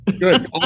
Good